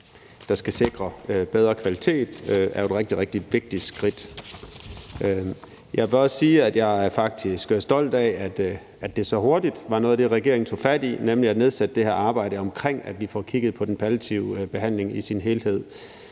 der skal sikre bedre kvalitet, og det er et rigtig, rigtig vigtigt skridt. Jeg vil også sige, at jeg faktisk er stolt at, at det så hurtigt var noget af det, regeringen tog fat i, altså at nedsætte det her arbejde med at kigge på den palliative behandling i sin helhed.